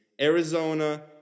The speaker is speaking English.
Arizona